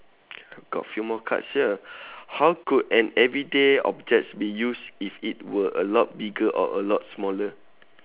got few more cards here how could an everyday objects be use if it were a lot bigger or a lot smaller